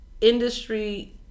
industry